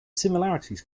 similarities